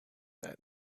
that